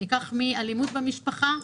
ניקח מאלימות במשפחה,